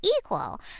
equal